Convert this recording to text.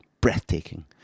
Breathtaking